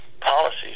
policies